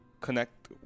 connect